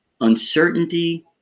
uncertainty